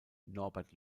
norbert